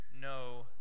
no